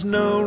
no